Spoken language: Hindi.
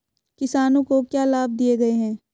किसानों को क्या लाभ दिए गए हैं?